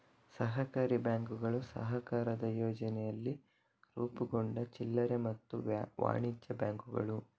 ಸಹಕಾರಿ ಬ್ಯಾಂಕುಗಳು ಸಹಕಾರದ ಯೋಚನೆಯಲ್ಲಿ ರೂಪುಗೊಂಡ ಚಿಲ್ಲರೆ ಮತ್ತೆ ವಾಣಿಜ್ಯ ಬ್ಯಾಂಕುಗಳು